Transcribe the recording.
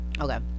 Okay